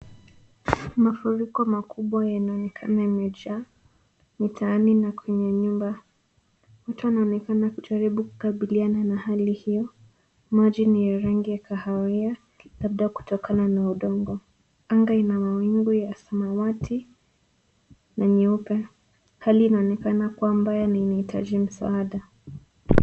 Mafuriko makubwa yanaonekana yamejaa mitaani na kwenye nyumba. Mtu anaonekana kujaribu kukabiliana na hali hiyo. Maji ni ya rangi ya kahawia labda kutokana na udongo. Angaa ina mawingu ya samawati na nyeupe. Hali inaonekana kuwa mbaya na inahitaji msaada.